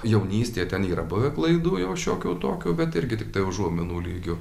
jaunystėje ten yra buvę klaidų jau šiokių tokių bet irgi tiktai užuominų lygiu